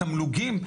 תמלוגים,